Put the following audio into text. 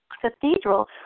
Cathedral